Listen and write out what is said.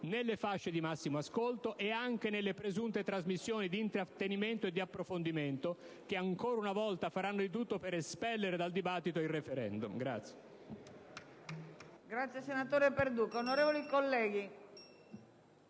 nelle fasce di massimo ascolto e anche nelle presunte trasmissioni di intrattenimento e approfondimento che, ancora una volta, faranno di tutto per espellere dal dibattito i *referendum*.